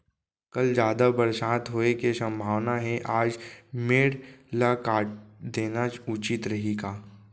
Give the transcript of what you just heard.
कल जादा बरसात होये के सम्भावना हे, आज मेड़ ल काट देना उचित रही का?